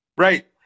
Right